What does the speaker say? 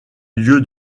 lieu